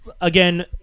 again